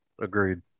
agreed